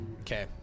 Okay